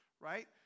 right